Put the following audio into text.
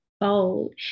bold